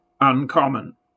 uncommon